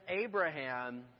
Abraham